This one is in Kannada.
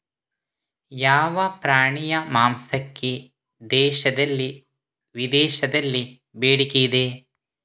ಯಾವ ಪ್ರಾಣಿಯ ಮಾಂಸಕ್ಕೆ ದೇಶದಲ್ಲಿ ವಿದೇಶದಲ್ಲಿ ಬೇಡಿಕೆ ಇದೆ?